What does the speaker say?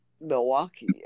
Milwaukee